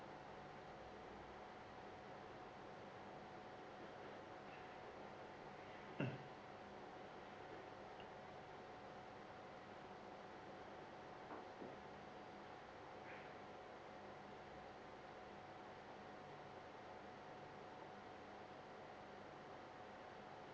mm